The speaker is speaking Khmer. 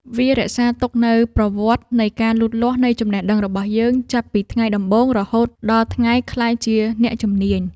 វារក្សាទុកនូវប្រវត្តិនៃការលូតលាស់នៃចំណេះដឹងរបស់យើង ចាប់ពីថ្ងៃដំបូងរហូតដល់ថ្ងៃក្លាយជាអ្នកជំនាញ។